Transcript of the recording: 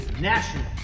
National